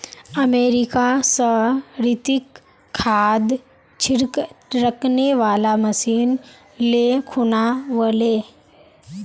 America स रितिक खाद छिड़कने वाला मशीन ले खूना व ले